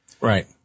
Right